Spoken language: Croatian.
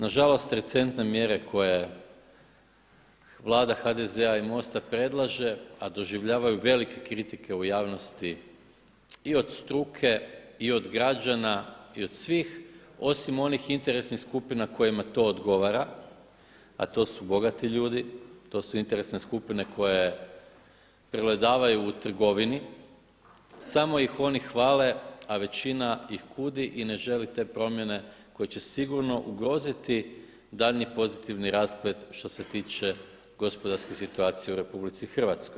Nažalost recentne mjere koje Vlada HDZ-a i MOST predlaže a doživljavaju velike kritike u javnosti i od struke i od građana i od svih osim onih interesnih skupina kojima to odgovara a to su bogati ljudi, to su interesne skupine koje prevladavaju u trgovini, samo ih oni hvale a većina ih kudi i ne želi te promjene koje će sigurno ugroziti daljnji pozitivni rasplet što se tiče gospodarske situacije u RH.